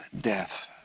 death